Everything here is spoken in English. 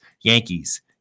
Yankees